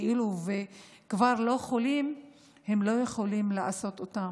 וכבר לא חולים לא יכולים לקבל אותם.